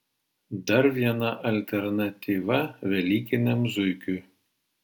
dar viena alternatyva velykiniam zuikiui